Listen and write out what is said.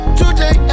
Today